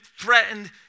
threatened